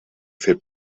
fer